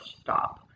stop